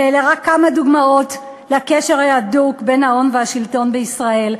ואלה רק כמה דוגמאות לקשר ההדוק בין ההון והשלטון בישראל,